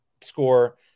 score